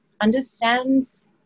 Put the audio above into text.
understands